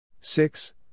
six